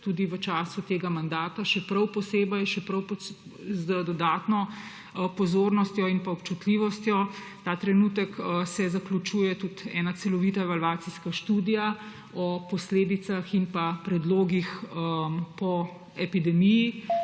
čas, v času tega mandata še prav posebej, z dodatno pozornostjo in pa občutljivostjo. Ta trenutek se zaključuje tudi celovita evalvacijska študija o posledicah in predlogih po epidemiji